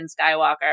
skywalker